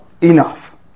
enough